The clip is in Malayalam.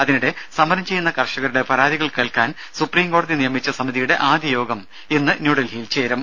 അതിനിടെ സമരം ചെയ്യുന്ന കർഷകരുടെ പരാതികൾ കേൾക്കാൻ സുപ്രീം കോടതി നിയമിച്ച സമിതിയുടെ ആദ്യ യോഗം ഇന്ന് ന്യൂഡൽഹിയിൽ ചേരും